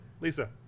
Lisa